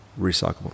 recyclable